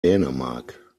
dänemark